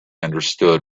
understood